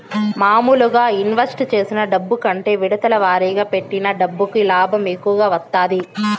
మాములుగా ఇన్వెస్ట్ చేసిన డబ్బు కంటే విడతల వారీగా పెట్టిన డబ్బుకి లాభం ఎక్కువ వత్తాది